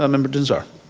ah member dinh-zarr.